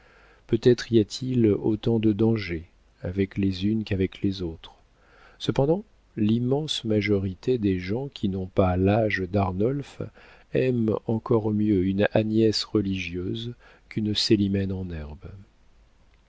peut-être y a-t-il autant de danger avec les unes qu'avec les autres cependant l'immense majorité des gens qui n'ont pas l'âge d'arnolphe aiment encore mieux une agnès religieuse qu'une célimène en herbe